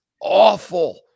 awful